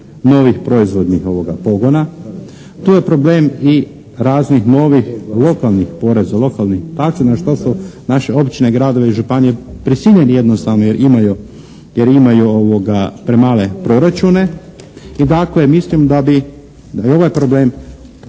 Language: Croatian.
novih proizvodnih pogona. Tu je problem i raznih novih lokalnih poreza, lokalnih … /Govornik se ne razumije./ … na što su naše općine, gradovi i županije prisiljeni jednostavno jer imaju premale proračuna. I dakle mislim da bi i ovaj problem